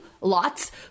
lots